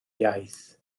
iaith